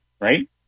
right